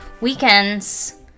weekends